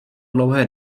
dlouhé